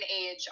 age